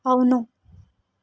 అవును